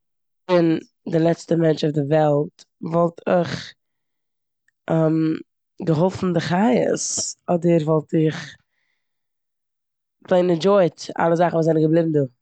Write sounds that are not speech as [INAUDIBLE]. ען- די לעצטע מענטש אויף די וועלט וואלט איך [HESITATION] געהאלפן די חיות אדער וואלט איך פלעין ענדשויט אלע זאכן וואס זענען געבליבן דא.